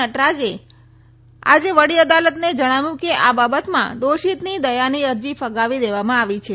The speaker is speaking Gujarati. નટરાજે આજે વડી અદાલતને જણાવ્યું કે આ બાબતમાં દોષીતની દયાની અરજી ફગાવી દેવામાં આવી છે